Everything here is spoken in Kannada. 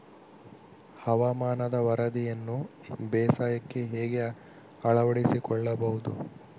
ಹವಾಮಾನದ ವರದಿಯನ್ನು ಬೇಸಾಯಕ್ಕೆ ಹೇಗೆ ಅಳವಡಿಸಿಕೊಳ್ಳಬಹುದು?